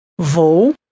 Vou